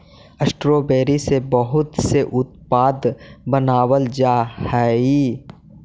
strawberry से बहुत से उत्पाद बनावाल जा हई